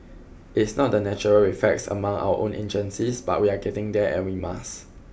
it's not the natural reflex among our own agencies but we are getting there and we must